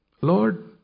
Lord